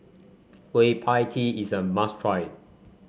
Kueh Pie Tee is a must try